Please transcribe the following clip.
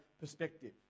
perspective